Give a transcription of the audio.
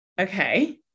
Okay